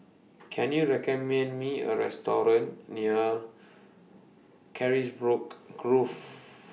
Can YOU recommend Me A Restaurant near Carisbrooke Grove